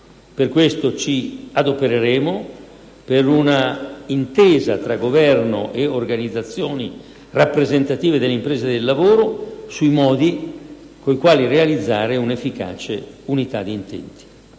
Per questo ci adopereremo per un'intesa tra Governo e organizzazioni rappresentative delle imprese e del lavoro sui modi con cui realizzare un'efficace unità di intenti.